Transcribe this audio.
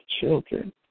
children